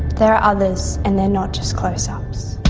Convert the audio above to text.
there are others, and they're not just close-ups.